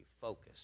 focus